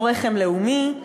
או רחם לאומי,